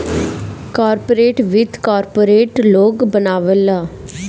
corporate वित्त corporate लोग बनावेला